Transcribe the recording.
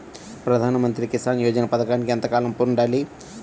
ప్రధాన మంత్రి కిసాన్ యోజన పథకానికి ఎంత పొలం ఉండాలి?